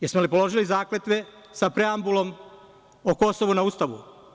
Jesmo li položili zakletve sa preambulom o Kosovu na Ustavu?